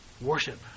Worship